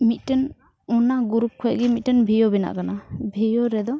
ᱢᱤᱫᱴᱟᱝ ᱚᱱᱟ ᱠᱷᱚᱡᱜᱮ ᱢᱤᱫᱴᱟᱝ ᱵᱷᱤᱭᱳ ᱵᱮᱱᱟᱜ ᱠᱟᱱᱟ ᱵᱷᱤᱭᱳ ᱨᱮᱫᱚ